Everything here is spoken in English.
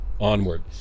onward